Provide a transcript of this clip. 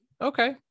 Okay